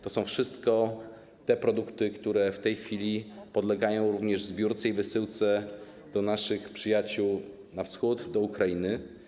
To są wszystko produkty, które w tej chwili podlegają również zbiórce i wysyłce do naszych przyjaciół na wschód, do Ukrainy.